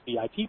VIP